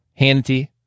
Hannity